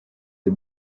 the